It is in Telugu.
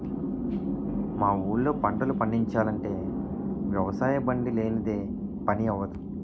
మా ఊళ్ళో పంటలు పండిచాలంటే వ్యవసాయబండి లేనిదే పని అవ్వదు